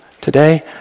Today